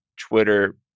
Twitter